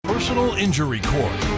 personal injury court.